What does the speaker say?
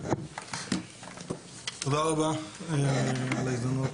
תודה רבה על ההזדמנות.